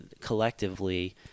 collectively